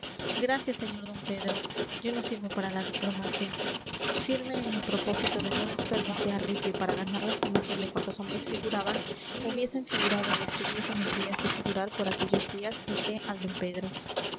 gracias sr d pedro yo no sirvo para la diplomacia firme en mi propósito de no desperdiciar ripio para ganar la estimación de cuantos hombres figuraban hubiesen figurado o estuviesen en vías de figurar por aquellos días dije al don pedro